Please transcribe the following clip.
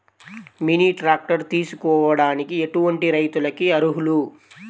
Mini tractor తీసుకోవడానికి ఎటువంటి రైతులకి అర్హులు?